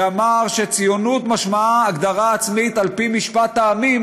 שאמר שציונות משמעה הגדרה עצמית על פי משפט העמים,